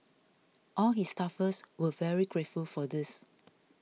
all his staffers were very grateful for this